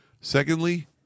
secondly